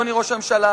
אדוני ראש הממשלה: